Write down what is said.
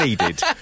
needed